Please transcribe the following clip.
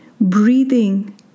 breathing